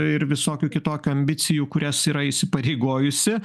ir visokių kitokių ambicijų kurias yra įsipareigojusi